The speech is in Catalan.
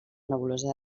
nebulosa